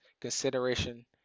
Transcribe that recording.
consideration